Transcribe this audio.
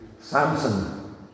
Samson